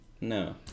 no